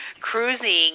cruising